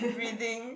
reading